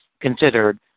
Considered